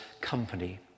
company